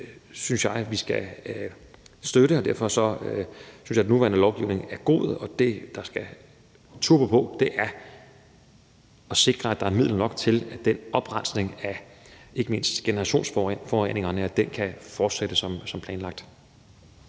synes jeg vi skal støtte. Derfor vil jeg sige, at jeg synes, at den nuværende lovgivning er god. Det, der skal turbo på, er at sikre, at der er midler nok til, at oprensningen af ikke mindst generationsforureningerne kan fortsætte som planlagt.